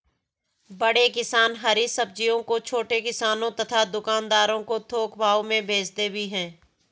बड़े किसान हरी सब्जियों को छोटे किसानों तथा दुकानदारों को थोक भाव में भेजते भी हैं